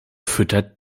füttert